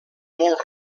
molt